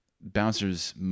bouncers